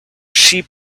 sheep